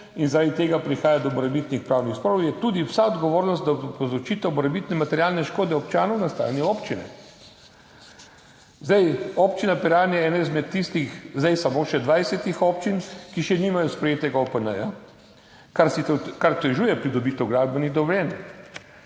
in zaradi tega prihaja do morebitnih pravnih sporov, je tudi vsa odgovornost za povzročitev morebitne materialne škode občanom na strani občine. Občina Piran je ena izmed tistih zdaj samo še 20 občin, ki še nimajo sprejetega OPN, kar otežuje pridobitev gradbenih dovoljenj.